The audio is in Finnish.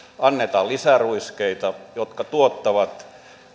annetaan lisäruiskeita jotka tuottavat